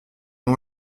ont